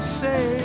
say